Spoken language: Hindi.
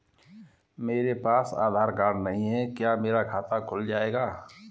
मेरे पास आधार कार्ड नहीं है क्या मेरा खाता खुल जाएगा?